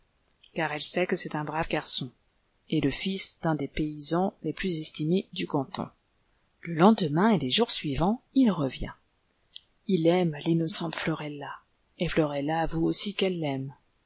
cai elle sait que c'est un brave garçon et le fils d'ur des paysans les plus estimés du canton c l'arbre de oël le lendeirain et les jours suivants il revient il aime l'innocente florella et florella avoue aussi qu'elle l'aime